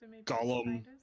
Gollum